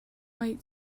ngeih